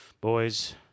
Boys